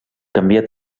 canvia